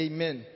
Amen